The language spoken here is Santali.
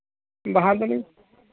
ᱵᱟᱦᱟ ᱫᱚᱞᱤᱧ